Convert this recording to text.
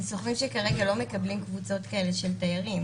אלה סוכנים שכרגע לא מקבלים קבוצות כאלה של תיירים.